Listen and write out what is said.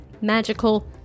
magical